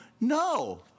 no